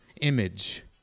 image